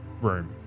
room